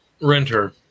Renter